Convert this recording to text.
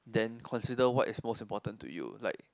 then consider what is most important to you like